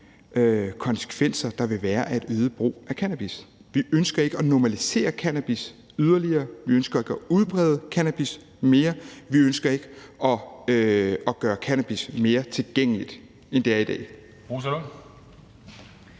konsekvenser, der vil være af et øget brug af cannabis. Vi ønsker ikke at normalisere cannabis yderligere, vi ønsker ikke at udbrede cannabis mere, vi ønsker ikke at gøre cannabis mere tilgængeligt, end det er i dag.